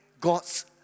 God's